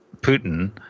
Putin